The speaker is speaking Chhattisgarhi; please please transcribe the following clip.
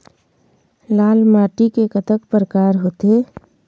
लाल माटी के कतक परकार होथे?